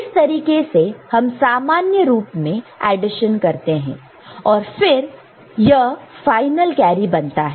इस तरीके से हम सामान्य रूप में एडिशन करते हैं और फिर यह हमारा फाइनल कैरी बनता है